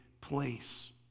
place